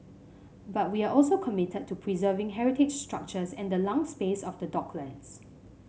but we are also committed to preserving heritage structures and the lung space of the docklands